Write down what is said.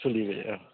सोलियो औ